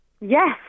Yes